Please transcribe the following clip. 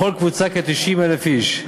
בכל קבוצה כ-90,000 איש.